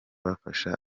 bafasha